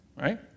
right